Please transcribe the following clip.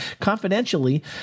Confidentially